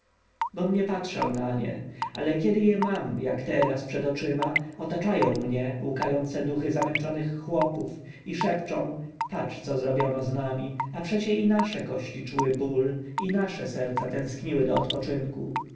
nie patrzył na nie ale kiedy je mam jak teraz przed oczyma otaczają mnie łkające duchy zamęczonych chłopów i szepczą patrz co zrobiono z nami a przecie i nasze kości czuły ból i nasze serca tęskniły do odpoczynku